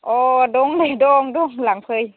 अ' दं नै दं दं लांफै